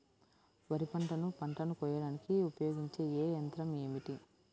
వరిపంటను పంటను కోయడానికి ఉపయోగించే ఏ యంత్రం ఏమిటి?